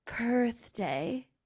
birthday